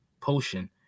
potion